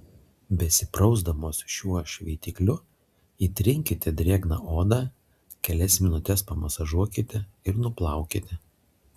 besiprausdamos šiuo šveitikliu įtrinkite drėgną odą kelias minutes pamasažuokite ir nuplaukite